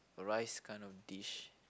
a rice kind of dish